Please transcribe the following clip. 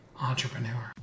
Entrepreneur